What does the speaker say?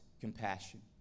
compassion